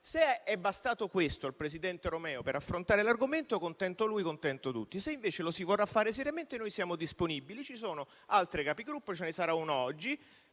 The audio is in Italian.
Se è bastato questo al presidente Romeo per affrontare l'argomento, contento lui contenti tutti. Se invece lo si vorrà fare seriamente, noi siamo disponibili. Ci saranno altre Conferenze dei Capigruppo, ce ne sarà una oggi